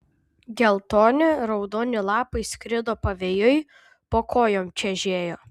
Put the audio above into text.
geltoni raudoni lapai skrido pavėjui po kojom čežėjo